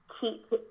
keep